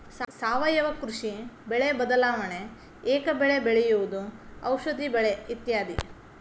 ಸಾವಯುವ ಕೃಷಿ, ಬೆಳೆ ಬದಲಾವಣೆ, ಏಕ ಬೆಳೆ ಬೆಳೆಯುವುದು, ಔಷದಿ ಬೆಳೆ ಇತ್ಯಾದಿ